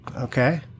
Okay